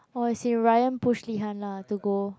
oh I see Ryan push behind lah to go